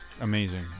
Amazing